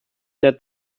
der